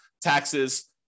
taxes